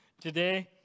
Today